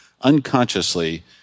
unconsciously